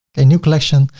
a new collection.